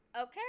okay